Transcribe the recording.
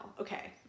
Okay